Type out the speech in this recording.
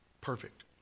Perfect